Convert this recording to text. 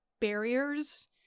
barriers